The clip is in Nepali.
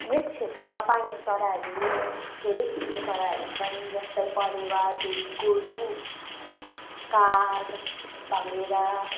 यस क्षेत्रमा पाइने चराहरू धेरै किसिमका चराहरू छन् जस्तै परेवा ढुकुर कु काग भङ्गेरा